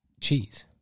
cheese